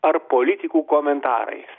ar politikų komentarais